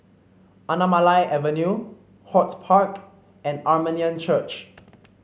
Anamalai Avenue Hort Park and Armenian Church